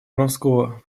вронского